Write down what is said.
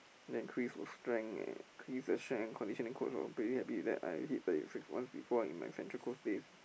then increase of strength and increase the strength and conditioning coach was pretty happy with that I hit thirty six one speed four in my center course days